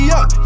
up